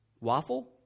Waffle